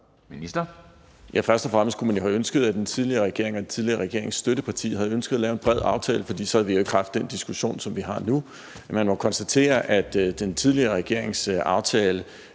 Engelbrecht): Først og fremmes kunne man jo have ønsket, at den tidligere regering og dens støtteparti havde ønsket at lave en bred aftale, for så havde vi jo ikke haft den diskussion, som vi har nu. Men man må konstatere, at den tidligere regerings aftale